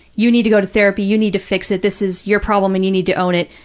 you need to go to therapy, you need to fix it, this is your problem and you need to own it,